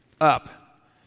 Up